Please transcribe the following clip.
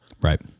Right